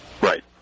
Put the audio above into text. Right